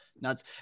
nuts